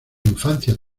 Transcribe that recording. infancia